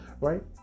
right